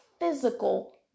physical